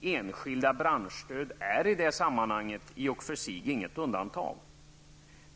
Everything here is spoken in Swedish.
Enskilda branschstöd är i det sammanhanget i och för sig inget undantag.